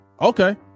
Okay